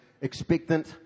expectant